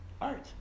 art